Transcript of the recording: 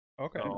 Okay